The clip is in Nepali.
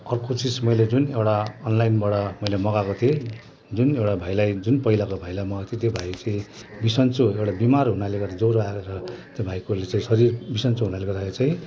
अर्को चिज मैले जुन एउटा अनलाइनबाट मैले मगाएको थिएँ नि जुन एउटा भाइलाई जुन पहिलाको भाइलाई मगाएको थिएँ त्यो भाइ चाहिँ बिसन्चो एउटा बिमार हुनाले गर्दा ज्वरो आएर त्यो भाइलाई चाहिँ शरीर बिसन्चो हुनाले गर्दाखेरि चाहिँ